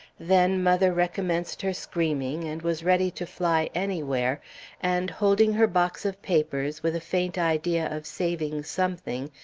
then mother recommenced her screaming and was ready to fly anywhere and holding her box of papers, with a faint idea of saving something,